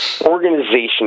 organization